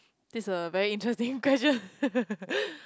this is a very interesting question